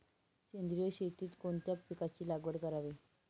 सेंद्रिय शेतीत कोणत्या पिकाची लागवड करावी?